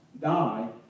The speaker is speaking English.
die